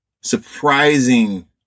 surprising